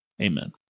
amen